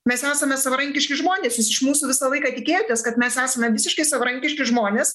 mes esame savarankiški žmonės jūs iš mūsų visą laiką tikėjotės kad mes esame visiški savarankiški žmonės